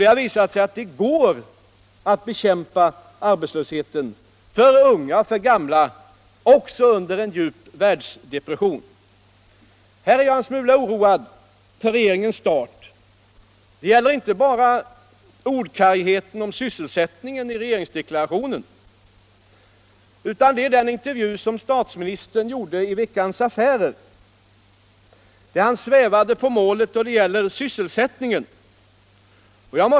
Det har visat sig att det går att bekämpa arbetslösheten för unga och för gamla också under en djup världsdepression. Här är jag en smula oroad för regeringens start. Den oron betingas inte bara av ordkargheten om sysselsättningen i regeringsdeklarationen utan också av den intervju med statsministern som redovisas i Veckans Affärer, där han svävade på målet när det gäller sysselsättningen.